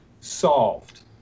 solved